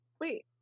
wait